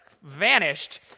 vanished